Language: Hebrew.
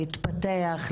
להתפתח,